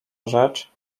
rzecz